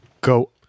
go